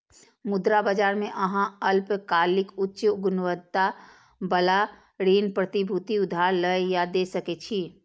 मुद्रा बाजार मे अहां अल्पकालिक, उच्च गुणवत्ता बला ऋण प्रतिभूति उधार लए या दै सकै छी